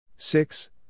Six